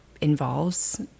involves